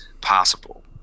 possible